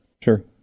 Sure